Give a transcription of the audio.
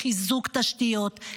לחיזוק תשתיות,